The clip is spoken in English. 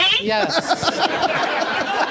Yes